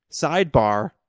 Sidebar